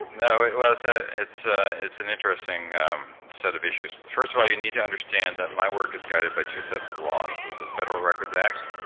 no, well, it's ah it's an interesting set of issues. first of all, you need to understand that my work is guided by two sets of laws, there's a federal records act,